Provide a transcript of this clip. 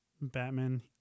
Batman